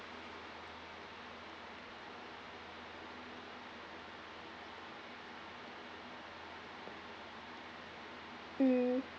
mm